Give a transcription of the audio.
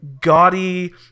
gaudy